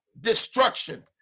destruction